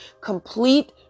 complete